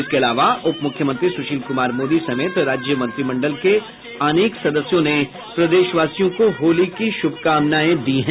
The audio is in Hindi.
इसके अलावा उपमुख्यमंत्री सुशील कुमार मोदी समेत राज्य मंत्रिमंडल के अनेक सदस्यों ने प्रदेशवासियों को होली की शुभकामनाएं दी हैं